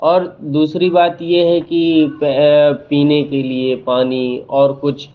और दूसरी बात यह है कि पीने के लिए पानी और कुछ